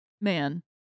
man